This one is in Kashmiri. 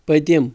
پٔتِم